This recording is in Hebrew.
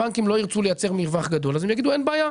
הבנקים לא ירצו לייצר מרווח גדול אז הם יגידו אין בעיה.